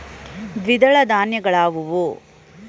ದ್ವಿದಳ ಧಾನ್ಯಗಳಾವುವು?